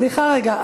סליחה רגע.